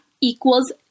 equals